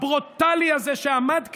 הברוטלי הזה שעמד כאן,